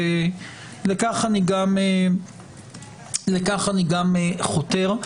ולכך אני גם חותר.